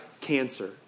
cancer